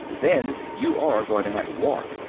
then you are going to have a war.